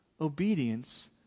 obedience